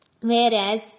Whereas